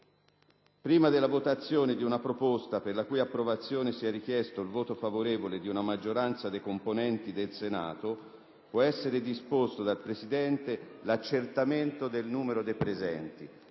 «Prima della votazione di una proposta per la cui approvazione sia richiesto il voto favorevole di una maggioranza dei componenti del Senato, può essere disposto dal Presidente l'accertamento del numero dei presenti»,